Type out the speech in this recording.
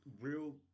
real